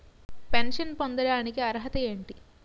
Pension పొందడానికి అర్హత ఏంటి?